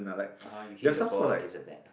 (uh huh) you hit your ball against the neck ah